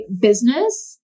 business